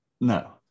No